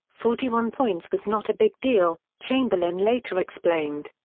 forty one points was not a big deal, chamberlain later explained.